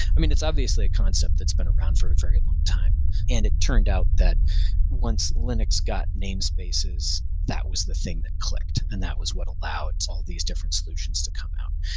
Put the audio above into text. i mean it's obviously a concept that has been around for a very long time and it turned out that once linux got namespaces that was the thing that clicked and that was what allowed all these different solutions to come out.